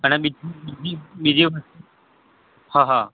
અને બીજું બીજી હાં હાં